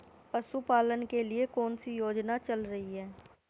पशुपालन के लिए कौन सी योजना चल रही है?